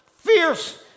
fierce